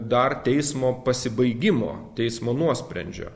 dar teismo pasibaigimo teismo nuosprendžio